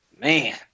Man